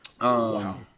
Wow